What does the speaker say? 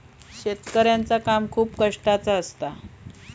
शेतकऱ्याचा काम खूप कष्टाचा असता